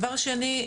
דבר שני: